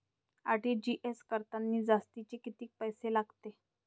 RTGS करतांनी जास्तचे कितीक पैसे लागते?